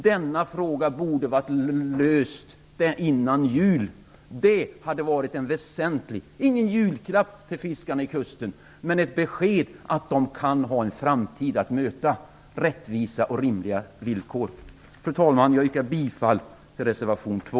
Denna fråga borde vara löst före jul. Det skulle inte vara någon julklapp till fiskarna vid kusten men ett besked om att de kan ha en framtid att möta med rättvisa och rimliga villkor. Fru talman! Jag yrkar bifall till reservation 2.